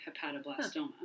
hepatoblastoma